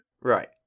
Right